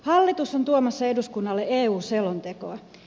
hallitus on tuomassa eduskunnalle eu selontekoa